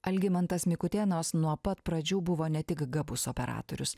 algimantas mikutėnas nuo pat pradžių buvo ne tik gabus operatorius